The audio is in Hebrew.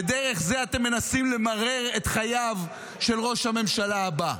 ודרך זה אתם מנסים למרר את חייו של ראש הממשלה הבא.